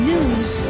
News